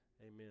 amen